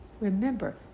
Remember